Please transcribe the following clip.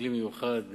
כלי מיוחד,